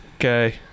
Okay